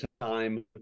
time